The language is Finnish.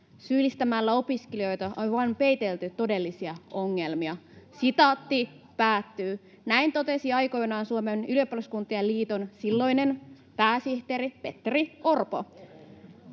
Syyllistämällä opiskelijoita on vain peitelty todellisia ongelmia.” [Jenna Simula: Kuka syyllistää?] Näin totesi aikoinaan Suomen ylioppilaskuntien liiton silloinen pääsihteeri Petteri Orpo.